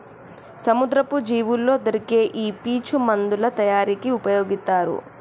సముద్రపు జీవుల్లో దొరికే ఈ పీచు మందుల తయారీకి ఉపయొగితారు